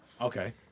Okay